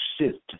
sit